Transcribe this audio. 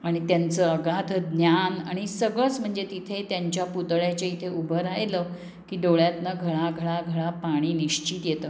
आणि त्यांचं अघाद ज्ञान आणि सगळंच म्हणजे तिथे त्यांच्या पुतळ्याच्या इथे उभं राहिलं की डोळ्यातनं घळा घळा घळा पाणी निश्चित येतं